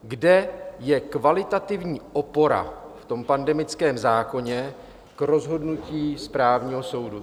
Kde je kvalitativní opora v tom pandemickém zákoně k rozhodnutí správního soudu.